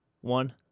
one